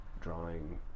drawing